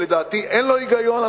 שלדעתי אין לו היגיון,